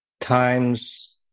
times